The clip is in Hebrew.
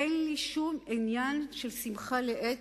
אין לי שום עניין של שמחה לאיד